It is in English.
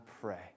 pray